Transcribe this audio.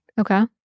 Okay